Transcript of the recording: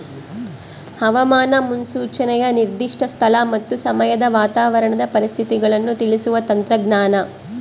ಹವಾಮಾನ ಮುನ್ಸೂಚನೆಯು ನಿರ್ದಿಷ್ಟ ಸ್ಥಳ ಮತ್ತು ಸಮಯದ ವಾತಾವರಣದ ಪರಿಸ್ಥಿತಿಗಳನ್ನು ತಿಳಿಸುವ ತಂತ್ರಜ್ಞಾನ